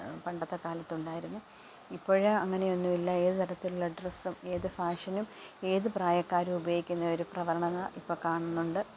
പണ്ടത്തെ കാലത്തുണ്ടായിരുന്നു ഇപ്പോഴ് അങ്ങനെയൊന്നുമില്ല ഏത് തരത്തിലുള്ള ഡ്രസ്സും ഏത് ഫാഷനും ഏത് പ്രായക്കാരും ഉപയോഗിക്കുന്ന ഒരു പ്രവണത ഇപ്പോൾ കാണുന്നുണ്ട്